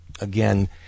Again